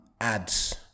ads